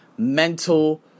mental